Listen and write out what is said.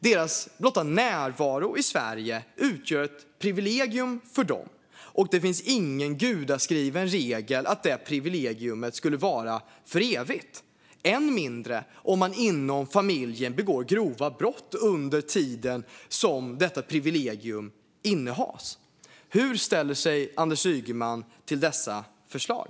Deras blotta närvaro i Sverige utgör ett privilegium för dem, och det finns ingen gudaskriven regel att det privilegiet ska vara för evigt - än mindre om man inom familjen begår grova brott under tiden som detta privilegium innehas. Hur ställer sig Anders Ygeman till dessa förslag?